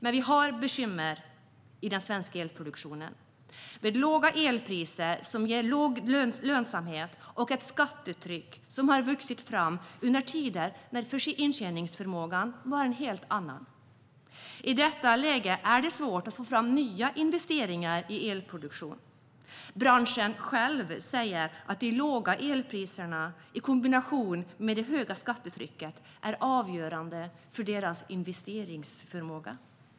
Men vi har bekymmer i den svenska elproduktionen med låga elpriser som ger låg lönsamhet och ett skattetryck som har vuxit fram under tider när intjäningsförmågan var en helt annan. I detta läge är det svårt att få fram nya investeringar i elproduktion. Branschen själv säger att de låga elpriserna i kombination med det höga skattetrycket är avgörande för dess investeringsförmåga.